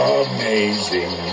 amazing